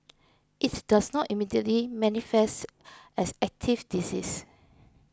it does not immediately manifest as active disease